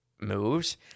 moves